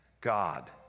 God